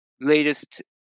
latest